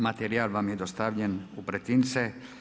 Materijal vam je dostavljen u pretince.